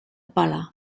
pala